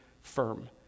firm